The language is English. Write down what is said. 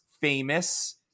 famous